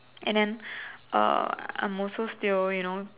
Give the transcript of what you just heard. and then uh I'm also still you know